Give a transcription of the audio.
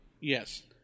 Yes